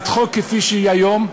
אבל הצעת החוק כפי שהיא היום,